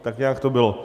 Tak nějak to bylo.